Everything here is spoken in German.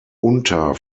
unter